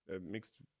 mixed